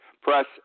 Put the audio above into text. press